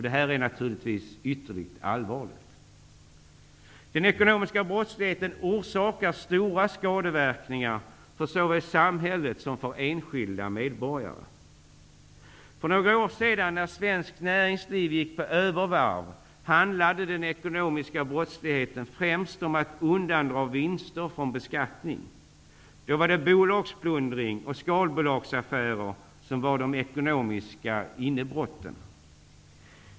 Detta är naturligtvis ytterligt allvarligt. Den ekonomiska brottsligheten orsakar stora skadeverkningar såväl för samhället som för enskilda medborgare. För några år sedan, när svenskt näringsliv gick på övervarv, handlade den ekonomiska brottsligheten främst om att undandra vinster från beskattning. Då var det bolagsplundring och skalbolagsaffärer som var de ekonomiska innebrotten.